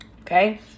Okay